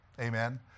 Amen